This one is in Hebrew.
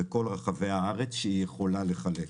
בכל רחבי הארץ במקומות בהם היא יכולה לחלק.